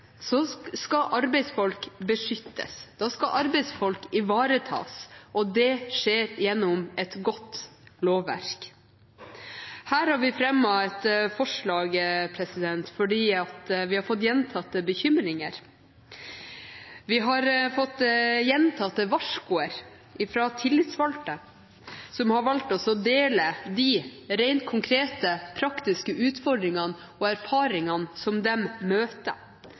skal arbeidsfolk beskyttes. Da skal arbeidsfolk ivaretas. Og det skjer gjennom et godt lovverk. Her har vi fremmet et forslag fordi vi har fått gjentatte bekymringer. Vi har fått gjentatte varskoer fra tillitsvalgte som har valgt å dele de rent konkrete, praktiske utfordringene og erfaringene som de møter,